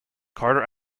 carter